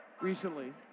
recently